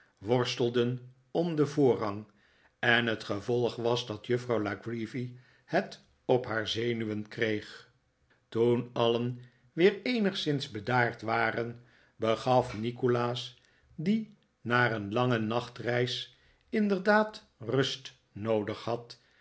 worstelden om den voorrang en het gevolg was dat juffrouw la creevy het op haar zenuwen kreeg toen alien weer eenigszins bedaard waren begaf nikolaas die na een lange nachtreis inderdaad rust noodig had